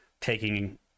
taking